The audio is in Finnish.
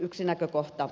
yksi näkökohta